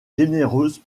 généreuse